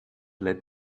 let